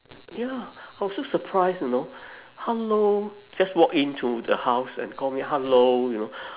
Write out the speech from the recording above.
ya I was so surprised you know hello just walk into the house and call me hello you know